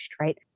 right